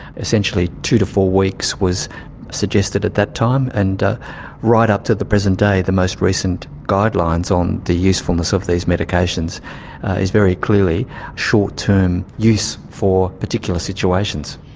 essentially two to four weeks was suggested at that time, and right up to the present day the most recent guidelines on the usefulness of these medications is very clearly short-term use for particular situations.